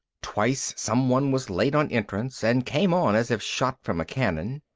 twice someone was late on entrance and came on as if shot from a cannon.